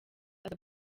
aza